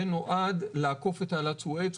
זה נועד לעקוף את תעלת סואץ,